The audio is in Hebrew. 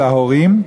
ולהורים,